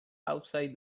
upside